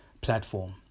platform